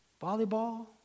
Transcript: volleyball